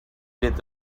did